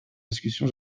discussion